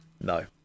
No